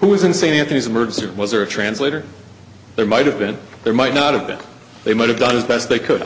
who was in st anthony's murder scene was there a translator there might have been there might not have been they might have done as best they could i